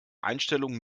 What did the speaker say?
einstellung